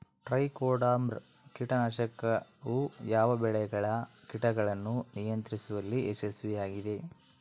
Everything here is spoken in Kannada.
ಟ್ರೈಕೋಡರ್ಮಾ ಕೇಟನಾಶಕವು ಯಾವ ಬೆಳೆಗಳ ಕೇಟಗಳನ್ನು ನಿಯಂತ್ರಿಸುವಲ್ಲಿ ಯಶಸ್ವಿಯಾಗಿದೆ?